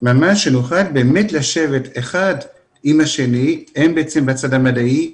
שנוכל באמת לשבת אחד עם השני, הם בצד המדעי,